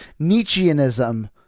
Nietzscheanism